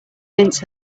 mince